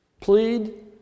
plead